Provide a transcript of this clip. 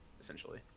essentially